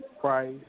price